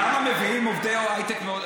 למה מביאים עובדי הייטק מהודו?